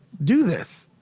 do this,